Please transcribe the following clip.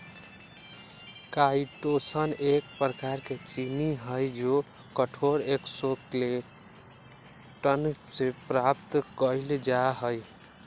chitosan एक प्रकार के चीनी हई जो कठोर एक्सोस्केलेटन से प्राप्त कइल जा हई